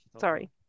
Sorry